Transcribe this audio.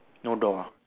no door ah